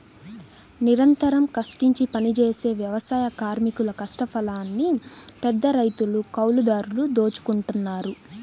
నిరంతరం కష్టించి పనిజేసే వ్యవసాయ కార్మికుల కష్టఫలాన్ని పెద్దరైతులు, కౌలుదారులు దోచుకుంటన్నారు